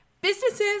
Businesses